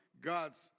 God's